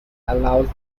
allows